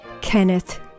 Kenneth